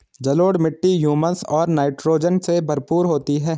जलोढ़ मिट्टी हृयूमस और नाइट्रोजन से भरपूर होती है